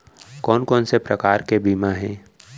कोन कोन से प्रकार के बीमा हे?